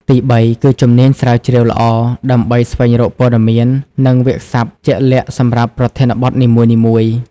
ទីបី គឺជំនាញស្រាវជ្រាវល្អ ដើម្បីស្វែងរកព័ត៌មាន និងវាក្យសព្ទជាក់លាក់សម្រាប់ប្រធានបទនីមួយៗ។